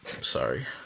Sorry